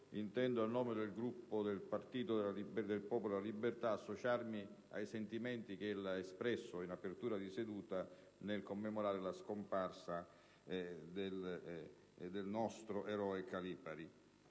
intendo, a nome del Gruppo del Popolo della Libertà, associarmi ai sentimenti che ella ha espresso, in apertura di seduta, nel commemorare la scomparsa del nostro eroe Calipari.